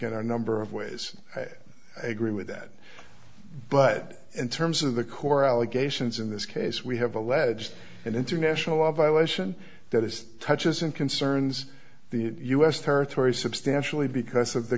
in our number of ways i agree with that but in terms of the core allegations in this case we have alleged and international law violation that is touches and concerns the us territory substantially because of the